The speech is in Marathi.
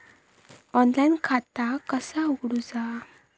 ऑनलाईन खाता कसा उगडूचा?